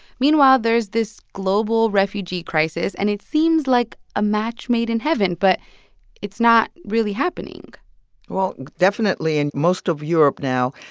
meanwhile, there's this global refugee crisis, and it seems like a match made in heaven. but it's not really happening well, definitely in most of europe now,